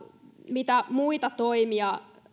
mitä muita toimia